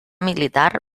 militar